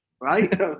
Right